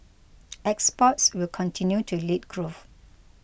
exports will continue to lead growth